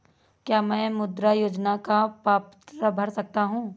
क्या मैं मुद्रा योजना का प्रपत्र भर सकता हूँ?